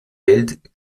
welt